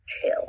chill